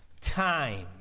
time